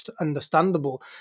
understandable